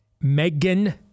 Megan